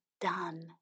done